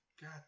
God